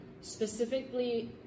specifically